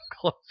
close